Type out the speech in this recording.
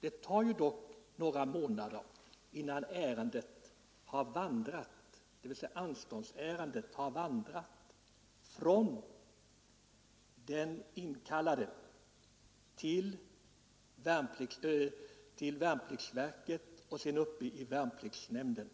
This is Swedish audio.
det dock tar några månader innan anståndsärendet har vandrat från den inkallade till värnpliktsverket och vidare till värnpliktsnämnden.